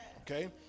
Okay